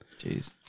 Jeez